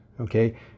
okay